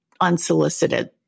unsolicited